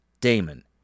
Damon